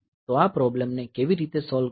તો આ પ્રોબ્લેમને કેવી રીતે સોલ્વ કરવું